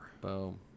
Boom